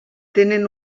tenen